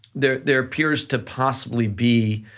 there there appears to possibly be